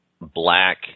black